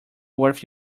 worth